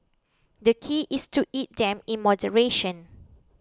the key is to eat them in moderation